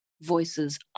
voices